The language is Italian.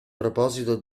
proposito